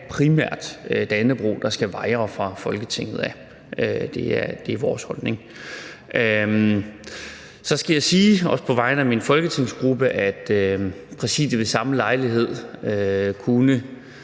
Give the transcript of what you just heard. primært dannebrog, der skal vaje fra Folketinget – det er vores holdning. Så skal jeg sige, også på vegne af min folketingsgruppe, at Præsidiet ved samme lejlighed kunne